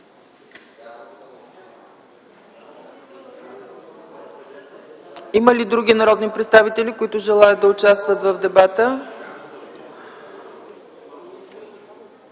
Реплики? Други народни представители, които желаят да участват в дебата?